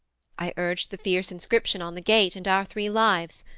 i urged the fierce inscription on the gate, and our three lives.